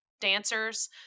dancers